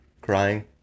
crying